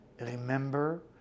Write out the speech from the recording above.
remember